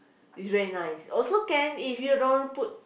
is very nice also can if you don't put